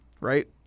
right